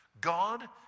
God